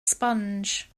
sponge